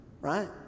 right